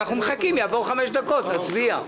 אנחנו מחכים, יעברו חמש דקות, נצביע.